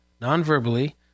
non-verbally